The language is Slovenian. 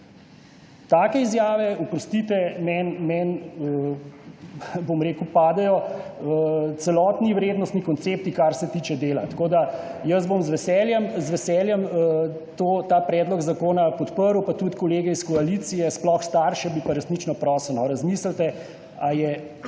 takšne izjave, oprostite, meni, kaj bom rekel, padejo celotni vrednostni koncepti, kar se tiče dela. Jaz bom z veseljem ta predlog zakona podprl, pa tudi kolege iz koalicije, sploh starše, bi pa resnično prosil, razmislite, a je